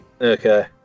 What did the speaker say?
Okay